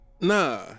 Nah